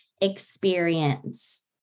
experience